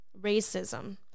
racism